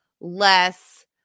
less